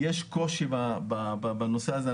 יש קושי בנושא הזה,